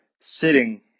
sitting